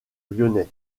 lyonnais